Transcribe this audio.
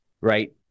right